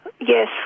Yes